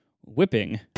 Whipping